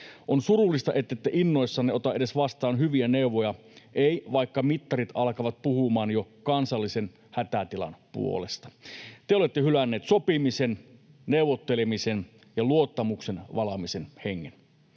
On surullista, ettette innoissanne edes ota vastaan hyviä neuvoja — ette, vaikka mittarit alkavat puhumaan jo kansallisen hätätilan puolesta. Te olette hylänneet sopimisen, neuvottelemisen ja luottamuksen valamisen hengen.